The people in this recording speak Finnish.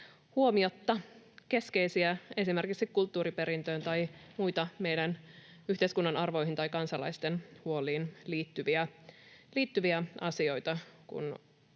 keskeisiä, esimerkiksi kulttuuriperintöön tai muita meidän yhteiskunnan arvoihin tai kansalaisten huoliin liittyviä asioita,